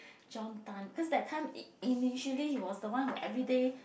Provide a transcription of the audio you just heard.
John-Tan cause that time i~ initially he was the one who everyday